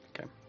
Okay